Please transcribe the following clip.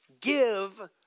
give